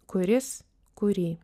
kuris kurį